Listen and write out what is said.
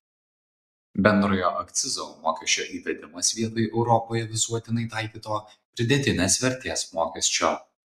bendrojo akcizo mokesčio įvedimas vietoj europoje visuotinai taikyto pridėtinės vertės mokesčio